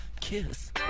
Kiss